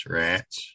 rats